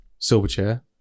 Silverchair